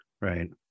right